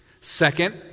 Second